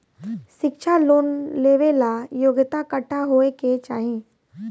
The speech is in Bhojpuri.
शिक्षा लोन लेवेला योग्यता कट्ठा होए के चाहीं?